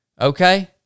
okay